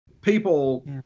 people